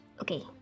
Okay